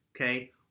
okay